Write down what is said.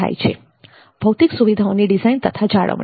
ભૌતિક સુવિધાઓની ડિઝાઇન તથા જાળવણી